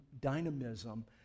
dynamism